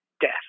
death